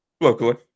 locally